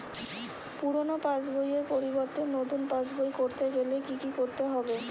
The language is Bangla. পুরানো পাশবইয়ের পরিবর্তে নতুন পাশবই ক রতে গেলে কি কি করতে হবে?